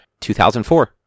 2004